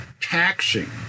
taxing